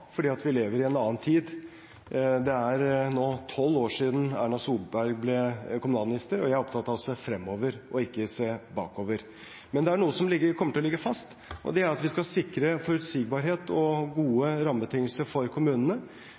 vi lever i en annen tid. Det er nå tolv år siden Erna Solberg ble kommunalminister. Jeg er opptatt av å se fremover og ikke bakover. Men det er noe som kommer til å ligge fast. Det er at vi skal sikre forutsigbarhet og gode rammebetingelser for kommunene.